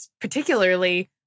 particularly